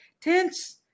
Tense